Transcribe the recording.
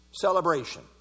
celebration